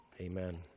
amen